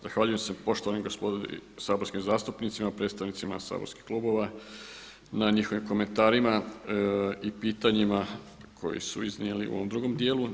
Zahvaljujem se poštovanoj gospodi saborskim zastupnicima, predstavnicima saborskih klubova na njihovim komentarima i pitanjima koje su iznijeli u ovom drugom dijelu.